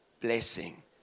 blessing